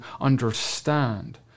understand